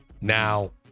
Now